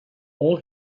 all